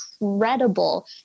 incredible